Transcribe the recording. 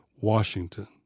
Washington